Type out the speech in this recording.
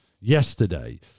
yesterday